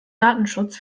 datenschutz